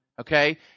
okay